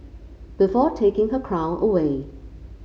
before taking her crown away